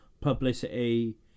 publicity